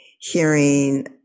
hearing